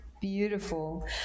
beautiful